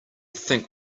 think